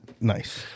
nice